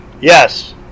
Yes